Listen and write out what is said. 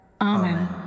Amen